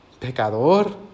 Pecador